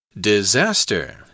DISASTER